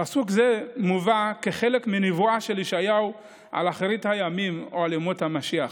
פסוק זה מובא כחלק מנבואה של ישעיהו על אחרית הימים או על ימות המשיח.